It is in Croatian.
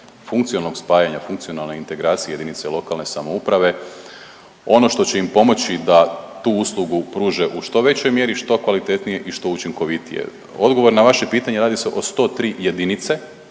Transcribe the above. funkcionalnog spajanja, funkcionalne integracije JLS ono što će im pomoći da tu uslugu pruže u što većoj mjeri, što kvalitetnije i što učinkovitije. Odgovor na vaše pitanje, radi se o 103 jedinice,